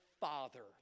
father